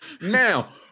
now